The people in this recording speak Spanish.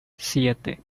siete